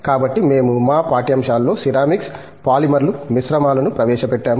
కాబట్టి మేము మా పాఠ్యాంశాల్లో సిరామిక్స్ పాలిమర్లు మిశ్రమాలను ప్రవేశపెట్టాము